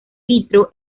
vitro